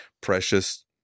precious